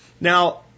Now